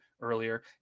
earlier